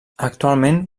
actualment